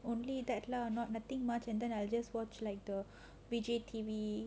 only that lah not nothing much and then I just watch like the vijay T_V